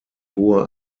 hohe